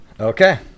Okay